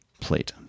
plate